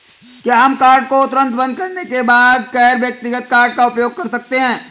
क्या हम कार्ड को तुरंत बंद करने के बाद गैर व्यक्तिगत कार्ड का उपयोग कर सकते हैं?